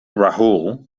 rahul